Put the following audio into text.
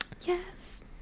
yes